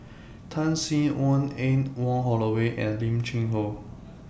Tan Sin Aun Anne Wong Holloway and Lim Cheng Hoe